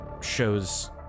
shows